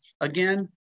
again